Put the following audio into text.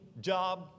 job